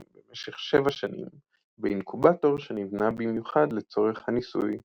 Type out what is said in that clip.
במשך שבע שנים באינקובטור שנבנה במיוחד לצורך הניסוי.